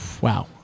Wow